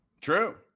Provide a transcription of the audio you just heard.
True